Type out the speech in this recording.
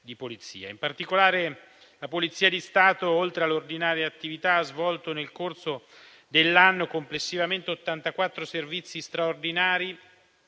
di polizia. In particolare, la Polizia di Stato, oltre all'ordinaria attività, ha svolto nel corso dell'anno complessivamente 84 servizi straordinari